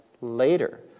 later